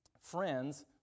friends